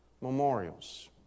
memorials